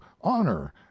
honor